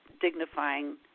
dignifying